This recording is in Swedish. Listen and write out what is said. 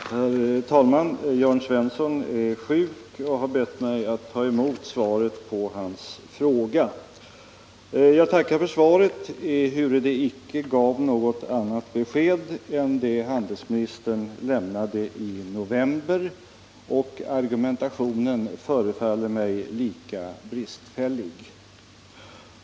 Herr talman! Jörn Svensson är sjuk och har bett mig att ta emot svaret på hans fråga. Jag tackar för svaret, ehuru det icke gav något annat besked än det handelsministern lämnade i november, och argumentationen förefaller mig lika bristfällig.